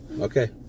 okay